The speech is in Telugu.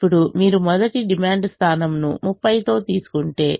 ఇప్పుడు మీరు మొదటి డిమాండ్ స్థానంను 30 తో తీసుకుంటే